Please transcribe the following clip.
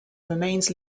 remains